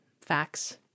facts